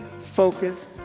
focused